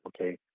okay